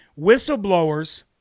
whistleblowers